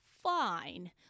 Fine